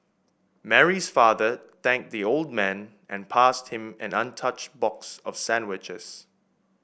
Mary's father thanked the old man and passed him an untouched box of sandwiches